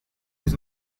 his